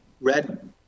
red—